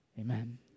Amen